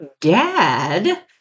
dad